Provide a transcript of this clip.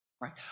right